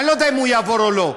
אני לא יודע אם הוא יעבור או לא,